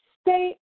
state